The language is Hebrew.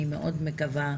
אני מאוד מקווה,